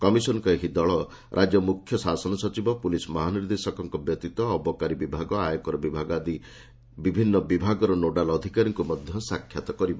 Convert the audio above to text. କମିଶନରଙ୍କ ଏହି ଦଳ ରାଜ୍ୟ ମୁଖ୍ୟ ଶାସନ ସଚିବ ପ୍ରଲିସ ମହାନିର୍ଦ୍ଦେଶକ ବ୍ୟତୀତ ଅବକାରୀ ଏବଂ ଆୟକର ଆଜି ି ବିଭିନ୍ନ ବିଭାଗର ନୋଡାଲ ଅଧିକାରୀଙ୍କ ସହ ସାକ୍ଷାତ କରିବ